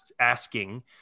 asking